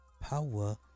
Power